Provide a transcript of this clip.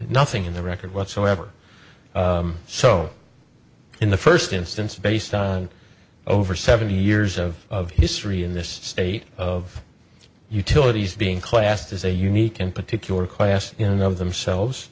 nothing in the record whatsoever so in the first instance based on over seventy years of history in this state of utilities being classed as a unique and particular class you know of themselves